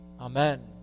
Amen